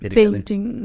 Painting